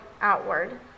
outward